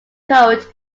code